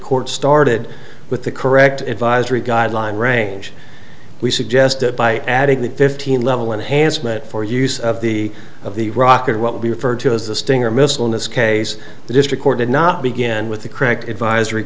court started with the correct advisory guideline range we suggested by adding the fifteen level enhancement for use of the of the rock or what we refer to as the stinger missile in this case the district court did not begin with the correct advisory